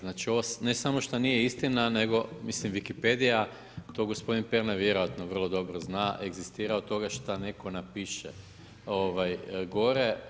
Znači, ovo ne samo što nije istina, nego mislim Wikipedija to gospodin Pernar vjerojatno vrlo dobro zna egzistira od toga što netko napiše gore.